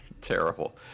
terrible